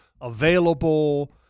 available